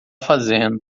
fazendo